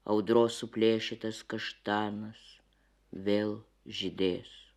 audros suplėšytas kaštanas vėl žydės